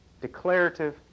declarative